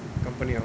company or